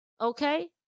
Okay